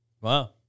Wow